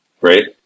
right